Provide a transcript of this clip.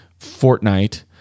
Fortnite